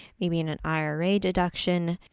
maybe in an ira deduction.